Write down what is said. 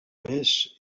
més